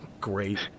Great